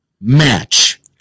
match